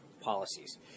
policies